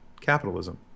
capitalism